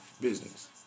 business